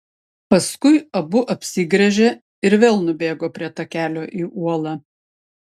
paskui abu apsigręžė ir vėl nubėgo prie takelio į uolą